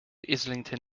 islington